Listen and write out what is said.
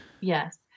Yes